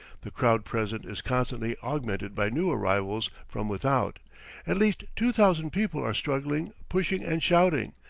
the crowd present is constantly augmented by new arrivals from without at least two thousand people are struggling, pushing and shouting,